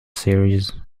series